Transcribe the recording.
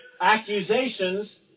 accusations